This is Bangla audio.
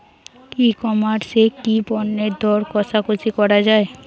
ই কমার্স এ কি পণ্যের দর কশাকশি করা য়ায়?